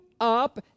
up